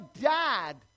dad